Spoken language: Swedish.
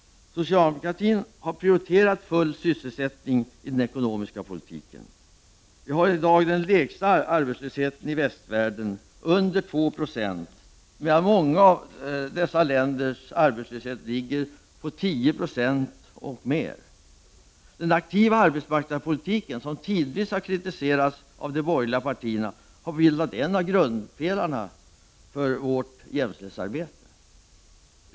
Socialdemokratin har prioriterat full sysselsättning i den ekonomiska politiken. Vi har i dag den lägsta arbetslösheten i västvärlden — under 2 90 — medan många av dessa länders arbetslöshet ligger på 10 96 och mer. Den aktiva arbetsmarknadspolitiken, som tidvis har kritiserats av de borgerliga partierna, har bildat en av grundpelarna för vårt jämställdhetsarbete.